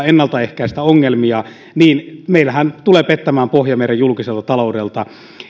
ennaltaehkäistä ongelmia niin meillähän tulee pettämään pohja meidän julkiselta taloudeltamme